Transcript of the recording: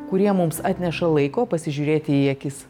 kurie mums atneša laiko pasižiūrėti į akis